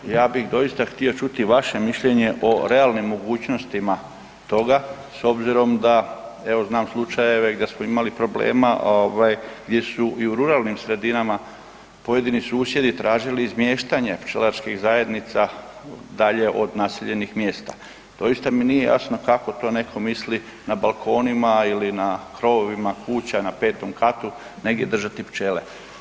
Ja bih doista htio čuti vaše mišljenje o realnim mogućnostima toga s obzirom da evo znam slučajeve gdje smo imali problema ovaj gdje su i u ruralnim sredinama pojedini susjedi tražili izmještanje pčelarskih zajednica dalje od naseljenih mjesta, doista mi nije jasno kako to neko misli na balkonima ili na krovovima kuća na 5. katu negdje držati pčele?